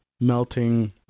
melting